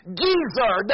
geezer